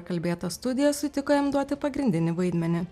įkalbėta studija sutiko jam duoti pagrindinį vaidmenį